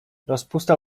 rozpusta